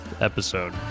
episode